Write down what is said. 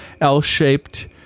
L-shaped